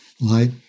Light